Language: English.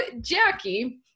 Jackie